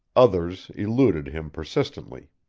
others eluded him persistently.